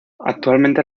actualmente